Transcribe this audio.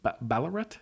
Ballarat